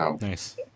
Nice